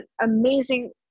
amazing